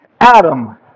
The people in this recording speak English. Adam